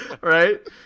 Right